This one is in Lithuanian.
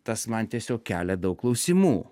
tas man tiesiog kelia daug klausimų